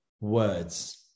words